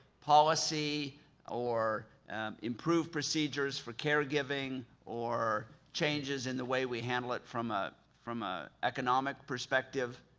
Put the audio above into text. policy or improved procedures for care giving or changes in the way we handle it from ah from a economic perspective,